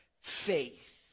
faith